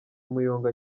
umuyonga